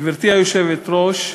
גברתי היושבת-ראש,